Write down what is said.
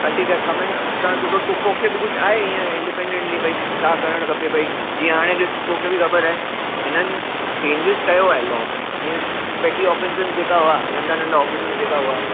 हा ठीकु आहे कमैंस का सुठो तो तोखे बि कुझु आहे इंडिपैंडेंटली बई छा करणु खपे बई इअं हाणे ॾिसु तोखे बि ख़बरु आहे हिननि चेंजिस कयो आहे लॉ में जीअं पैटी ऑफैंसिस जेका हुआ नंढा नंढा ऑफैंसिस जेका हुआ